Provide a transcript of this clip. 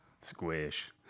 Squish